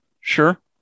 sure